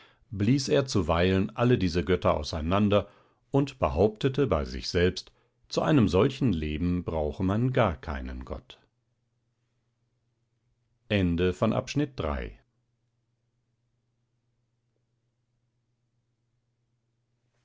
blies er zuweilen alle diese götter auseinander und behauptete bei sich selbst zu einem solchen leben brauche man gar keinen gott